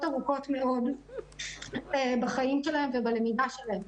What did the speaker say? ארוכות מאוד בחיים שלהם ובלמידה שלהם.